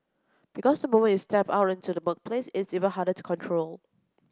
because the moment you step out into the workplace it's even harder to control